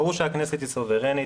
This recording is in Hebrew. ברור שהכנסת היא סוברנית,